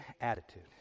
attitude